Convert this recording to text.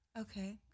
Okay